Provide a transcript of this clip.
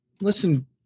listen